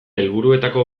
helburuetako